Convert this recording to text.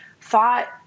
thought